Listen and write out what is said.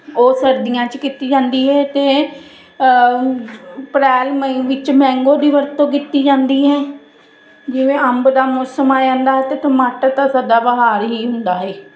ਉਹ ਸਰਦੀਆਂ 'ਚ ਕੀਤੀ ਜਾਂਦੀ ਹੈ ਅਤੇ ਅਪ੍ਰੈਲ ਮਈ ਵਿੱਚ ਮੈਂਗੋ ਦੀ ਵਰਤੋਂ ਕੀਤੀ ਜਾਂਦੀ ਹੈ ਜਿਵੇਂ ਅੰਬ ਦਾ ਮੌਸਮ ਆ ਜਾਂਦਾ ਅਤੇ ਟਮਾਟਰ ਤਾਂ ਸਦਾਬਹਾਰ ਹੀ ਹੁੰਦਾ ਹੈ